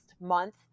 month